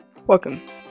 Welcome